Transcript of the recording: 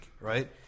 right